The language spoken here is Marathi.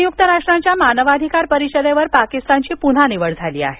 संयुक्त राष्ट्रांच्या मानवाधिकार परिषदेवर पाकिस्तानची पुन्हा निवड झाली आहे